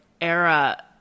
era